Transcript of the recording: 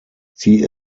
sie